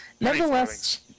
Nevertheless